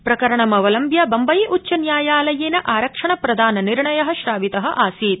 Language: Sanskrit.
प्रकरणमवलम्ब्य बम्बई उच्च न्यायालेन आरक्षण प्रदान निर्णय श्रावित आसीत्